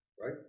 right